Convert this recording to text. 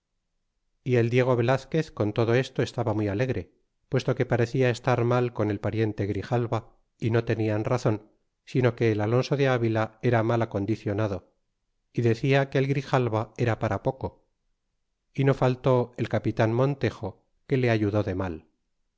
y el diego velazquez con todo esto estaba muy alegre puesto que parecia estar mal con el pariente grijalva y no tenian razon sino que el alonso de avila era mal acondicionado y decia que el grijalva era para poco y no faltó el capitan montejo que le ayudó de mal